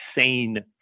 SANE